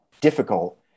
difficult